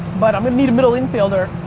but i'm gonna need a middle infielder.